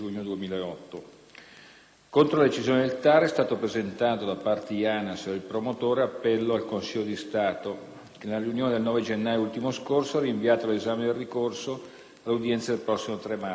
Contro la decisione del TAR è stato presentato, da parte di ANAS e del promotore, appello al Consiglio di Stato che nella riunione del 9 gennaio ultimo scorso ha rinviato l'esame del ricorso all'udienza del prossimo 3 marzo 2009.